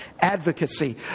advocacy